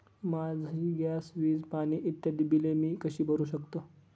माझी गॅस, वीज, पाणी इत्यादि बिले मी कशी भरु शकतो?